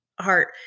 heart